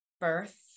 birth